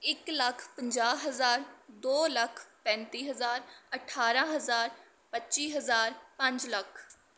ਇੱਕ ਲੱਖ ਪੰਜਾਹ ਹਜ਼ਾਰ ਦੋ ਲੱਖ ਪੈਂਤੀ ਹਜ਼ਾਰ ਅਠਾਰ੍ਹਾਂ ਹਜ਼ਾਰ ਪੱਚੀ ਹਜ਼ਾਰ ਪੰਜ ਲੱਖ